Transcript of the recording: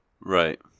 Right